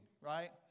right